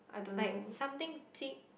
like something qing